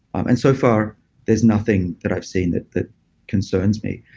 and so far there's nothing that i've seen that that concerns me.